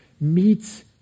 meets